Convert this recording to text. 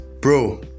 bro